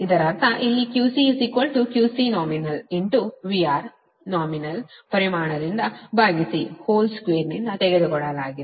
ಇದರರ್ಥ ಇಲ್ಲಿ QC QCnominal into VR nominal ಪರಿಮಾಣದಿಂದ ಭಾಗಿಸಿ ಹೋಲ್ ಸ್ಕ್ವೇರ್ ತೆಗೆದುಕೊಳ್ಳಲಾಗಿದೆ